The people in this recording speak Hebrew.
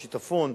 השיטפון,